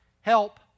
help